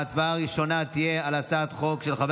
ההצבעה הראשונה תהיה על הצעת חוק של חבר